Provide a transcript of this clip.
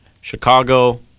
Chicago